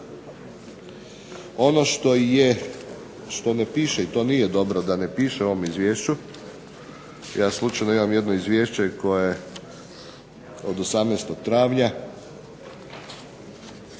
je, što ne piše, i to nije dobro da ne piše u ovom izvješću, ja slučajno imam jedno izvješće koje od 18. travnja